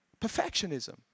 perfectionism